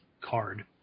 card